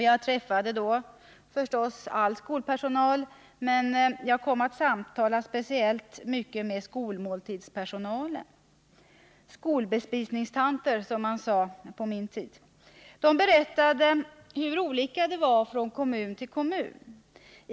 Jag träffade då förstås all skolpersonal, men jag kom att samtala speciellt mycket med skolmåltidspersonalen — skolbespisningstanter, som man sade på min tid. De berättade hur olika det var från kommun till kommun.